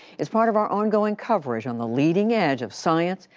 it's part of our ongoing coverage on the leading edge of science,